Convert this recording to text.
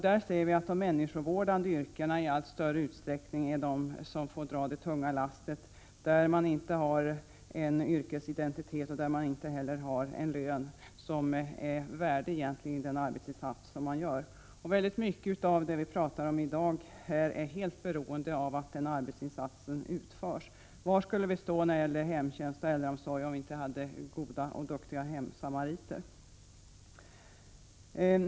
Vi ser att de människovårdande yrkena i allt större utsträckning är de som får dra det tyngsta lasset, där man inte har någon yrkesidentitet och inte heller den lön som arbetsinsatsen är värd. Mycket av det vi talar om i dag är helt beroende av att denna arbetsinsats utförs. Var skulle vi stå när det gäller hemtjänst och äldreomsorg om vi inte hade duktiga hemsamariter?